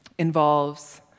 involves